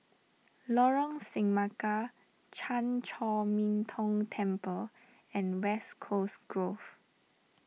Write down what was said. Lorong Semangka Chan Chor Min Tong Temple and West Coast Grove